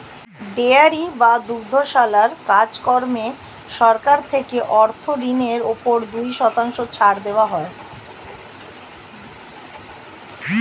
dairy বা দুগ্ধশালার কাজ কর্মে সরকার থেকে অর্থ ঋণের উপর দুই শতাংশ ছাড় দেওয়া হয়